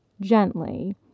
gently